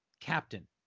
captain